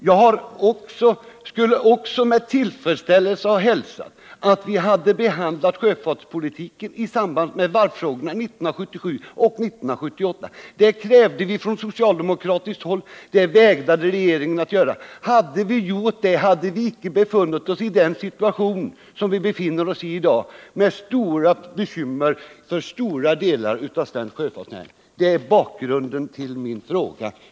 Jag skulle också ha hälsat med tillfredsställelse att vi behandlat sjöfartspolitiken i samband med varvsfrågorna 1977 och 1978. Det kräves från socialdemokratiskt håll, men det vägrade regeringen att göra. Hade vi gjort det hade vi icke befunnit oss i den situation som vi i dag befinner oss i, med stora bekymmer för stora delar av svensk sjöfartsnäring. Det är bakgrunden till min fråga.